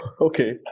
Okay